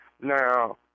Now